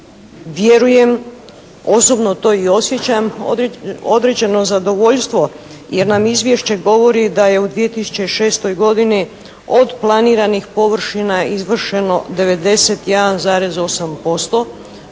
vjerujem osobno to i osjećam, određeno zadovoljstvo, jer nam izvješće govori da je u 2006. godini od planiranih površina izvršeno 91,8%